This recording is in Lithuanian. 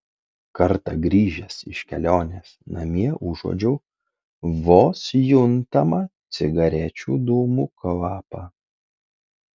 kartą grįžęs iš kelionės namie užuodžiau vos juntamą cigarečių dūmų kvapą